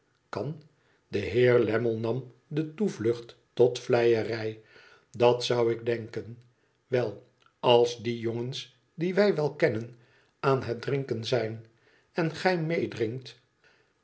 kan de heer lammie nam de toevlucht tot vleierij idat zou ik denken wel als die jongens die wij wel kennen aan het drinken zijn en gij meedrinkt